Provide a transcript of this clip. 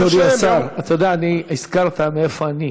אדוני השר, הזכרת מאיפה אני.